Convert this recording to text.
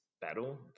battle